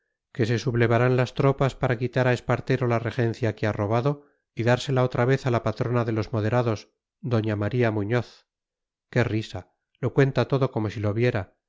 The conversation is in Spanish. que se sublevarán las tropas para quitar a espartero la regencia que ha robado y dársela otra vez a la patrona de los moderados doña maría muñoz qué risa lo cuenta todo como si lo viera